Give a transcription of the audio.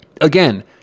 Again